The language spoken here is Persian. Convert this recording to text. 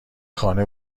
خانه